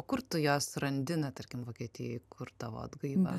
kur tu juos randi tarkim vokietijoj kur tavo atgaiva